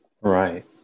Right